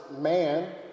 man